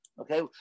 Okay